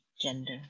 gender